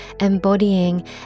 embodying